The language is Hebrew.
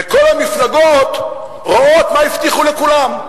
וכל המפלגות רואות מה הבטיחו לכולם.